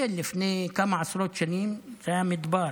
הוא נדיב,